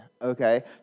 Okay